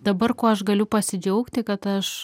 dabar kuo aš galiu pasidžiaugti kad aš